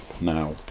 now